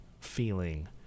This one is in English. feeling